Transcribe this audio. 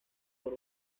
por